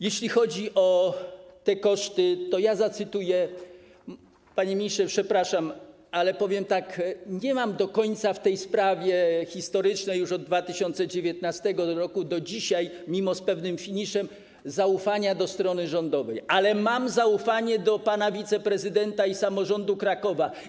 Jeśli chodzi o koszty, to, panie ministrze, przepraszam, ale powiem tak: nie mam do końca w tej sprawie - historycznej, od 2019 r. do dzisiaj, z pewnym finiszem - zaufania do strony rządowej, ale mam zaufanie do pana wiceprezydenta i samorządu Krakowa.